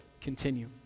continue